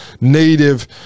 native